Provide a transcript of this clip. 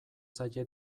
zaie